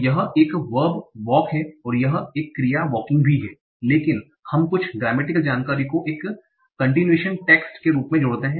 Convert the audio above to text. तो यह एक वर्ब वॉक है यह क्रिया वॉकिंग भी है लेकिन हम कुछ ग्रामेटिकल जानकारी को एक कंटीनुयाशन टेक्स्ट के रूप में जोड़ते हैं